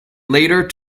later